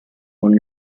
con